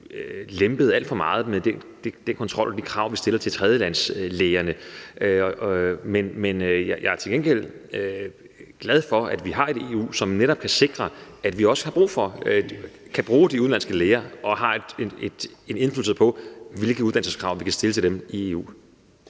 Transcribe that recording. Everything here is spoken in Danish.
i forhold til den kontrol og de krav, vi stiller til tredjelandslægerne. Jeg er til gengæld glad for, at vi har et EU, som netop kan sikre, at vi kan bruge de udenlandske læger, og at vi har indflydelse på, hvilke uddannelseskrav vi kan stille til dem i EU.